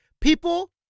People